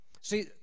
See